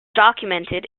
documented